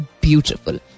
beautiful